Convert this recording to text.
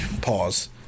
Pause